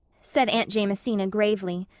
said aunt jamesina gravely,